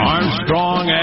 Armstrong